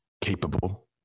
capable